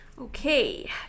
okay